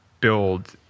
build